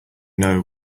know